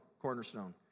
Cornerstone